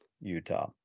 utah